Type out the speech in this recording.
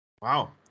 Wow